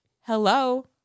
Hello